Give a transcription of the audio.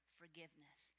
forgiveness